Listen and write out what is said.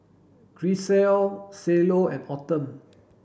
Grisel Cielo and Autumn